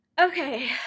Okay